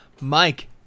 Mike